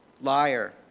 liar